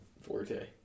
forte